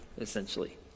essentially